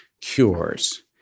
cures